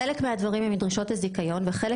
חלק מהדברים הם דרישות של הזיכיון וחלק